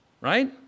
Right